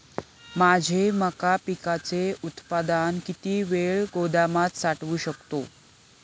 माझे मका पिकाचे उत्पादन किती वेळ गोदामात साठवू शकतो?